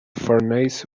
furnace